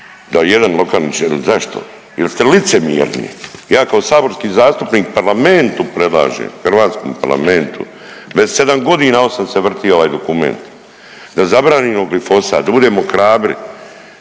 da jedan lokalni čelnik. Zašto? Jer ste licemjerni. Ja kao saborski zastupnik Parlamentu predlažem, hrvatskom Parlamentu već sedam godina, osam se vrti ovaj dokument da zabranimo glifosat, da budemo hrabri.